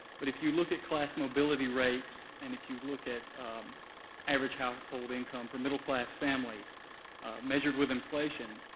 but if you look at class mobility rates, and if you look at average household income for middle class families measured with inflation,